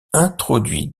introduit